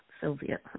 Sylvia